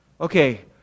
Okay